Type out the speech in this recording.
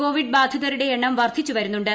Covid ബാധിതരുടെ എണ്ണം വർദ്ധിച്ചു വരുന്നുണ്ട്